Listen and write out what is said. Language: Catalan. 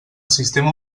sistema